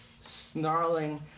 snarling